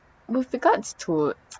with regards to